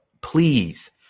please